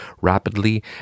rapidly